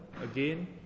again